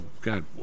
god